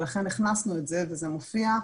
ולכן הכנסנו את זה וזה מופיע,